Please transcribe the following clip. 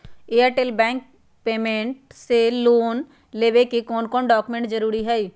Airtel payments bank से loan लेवे के ले कौन कौन डॉक्यूमेंट जरुरी होइ?